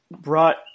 brought